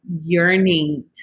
yearning